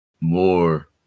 more